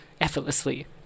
Effortlessly